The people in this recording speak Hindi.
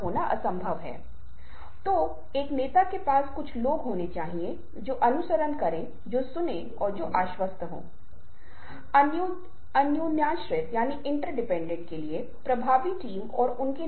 अब यह एक बहुत ही दिलचस्प रोमांचक चुनौतीपूर्ण चीज़ बन गया है और हम में से अधिकांश ऐसे अशाब्दिक संचार के आयाम में रुचि रखते हैं